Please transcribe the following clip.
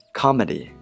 comedy